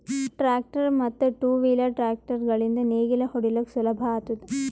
tractor ಮತ್ತ್ two wheel tractor ಗಳಿಂದ್ ನೇಗಿಲ ಹೊಡಿಲುಕ್ ಸುಲಭ ಆತುದ